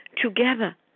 together